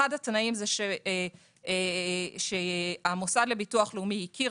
אחד התנאים זה שהמוסד לביטוח לאומי הכיר